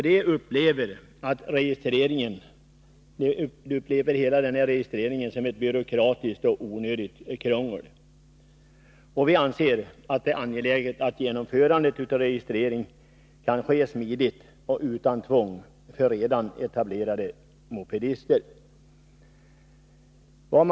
De upplever registreringen som ett byråkratiskt och onödigt krångel. För vår del anser vi att det är angeläget att genomförandet av registrering kan ske smidigt och utan tvång för redan etablerade mopedister.